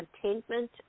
contentment